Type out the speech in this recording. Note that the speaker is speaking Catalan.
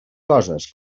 coses